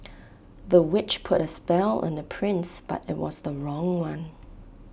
the witch put A spell on the prince but IT was the wrong one